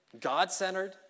God-centered